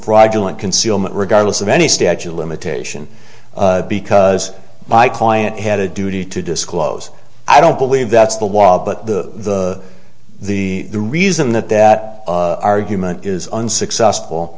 fraudulent concealment regardless of any statute limitation because my client had a duty to disclose i don't believe that's the wall but the the the reason that that argument is unsuccessful